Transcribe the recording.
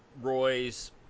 Roy's